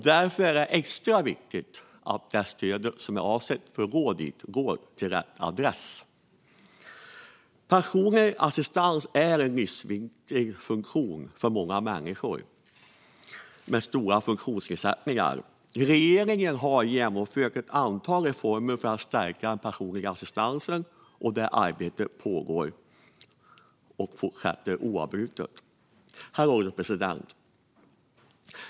Därför är det extra viktigt att det stöd som är avsatt för detta går till rätt adress. Personlig assistans är en livsviktig funktion för många människor med stora funktionsnedsättningar. Regeringen har genomfört ett antal reformer för att stärka den personliga assistansen. Det arbetet pågår, och det fortsätter oavbrutet. Herr ålderspresident!